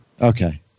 Okay